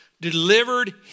delivered